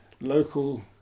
local